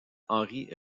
henri